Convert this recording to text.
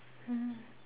mm